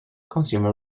consumer